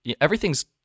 everything's